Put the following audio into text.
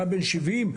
אחד בן 70,